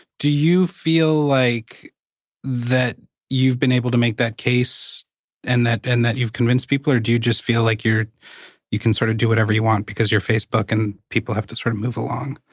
do you feel like that you've been able to make that case and that and that you've convinced people? or do you just feel like you can sort of do whatever you want because you're facebook and people have to sort of move along?